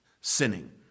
sinning